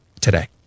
today